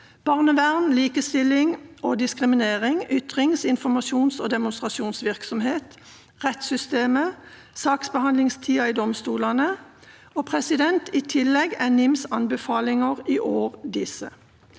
barnevern, likestilling og diskriminering, ytrings-, informasjons- og demonstrasjonsvirksomhet, rettssystemet og saksbehandlingstiden i domstolene. I tillegg er NIMs anbefalinger i år disse: